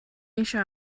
eisiau